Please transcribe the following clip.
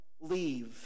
leave